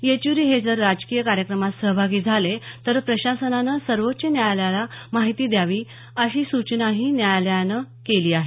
येचुरी हे जर राजकीय कार्यक्रमात सहभागी झाले तर प्रशासनानं सर्वोच्च न्यायालयाला माहिती द्यावी अशी सूचनाही न्यायालयानं केली आहे